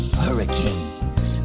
hurricanes